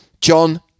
John